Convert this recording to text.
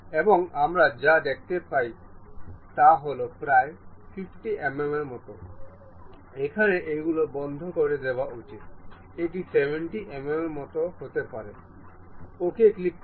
এবং আমরা যা দেখতে চাই তা হল প্রায় 50 mm এর মতো এখানে এইগুলো বদ্ধ করে দেওয়া উচিত এটি 70 mm এর মত হতে পারে OK ক্লিক করুন